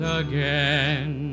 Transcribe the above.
again